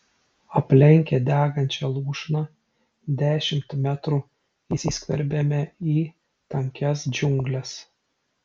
aplenkę degančią lūšną dešimt metrų įsiskverbėme į tankias džiungles